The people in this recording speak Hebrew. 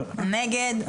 מי נגד?